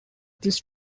this